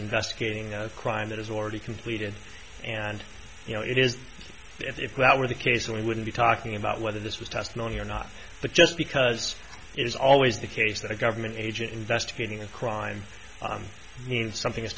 investigating a crime that is already completed and you know it is if that were the case we wouldn't be talking about whether this was testimony or not but just because as is always the case that a government agent investigating a crime means something is